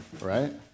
right